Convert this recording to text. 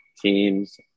teams